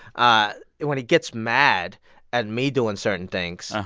ah when he gets mad at me doing certain things,